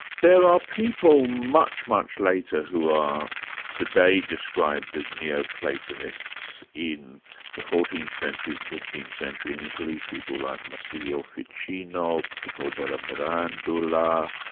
there are people much, much later who are today described as neo-platonists in the fourteenth century, the fifteenth century in italy, people like marsilio fiicino, pico della mirandola,